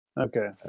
Okay